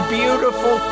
beautiful